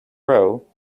row